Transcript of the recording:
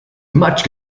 much